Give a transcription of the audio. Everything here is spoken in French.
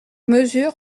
mesure